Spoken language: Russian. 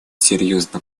серьезно